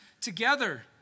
together